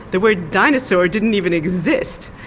the word dinosaur didn't even exist,